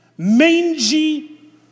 Mangy